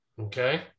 Okay